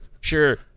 sure